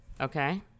okay